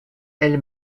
elle